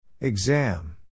Exam